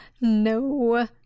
No